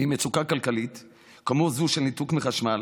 ממצוקה כלכלית כמו זו של ניתוק מחשמל.